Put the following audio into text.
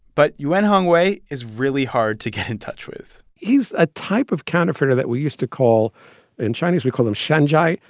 but yuan hongwei is really hard to get in touch with he's a type of counterfeiter that we used to call in chinese, we call them shanzhai,